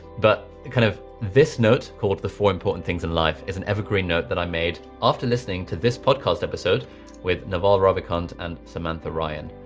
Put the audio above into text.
but kind of this note called the four important things in life is an evergreen note that i made after listening to this podcast episode with naval ravikant and samantha ryan.